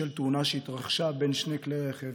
בשל תאונה שהתרחשה בין שני כלי רכב